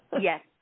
Yes